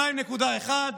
2.1 מיליון,